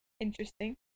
interesting